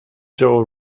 joe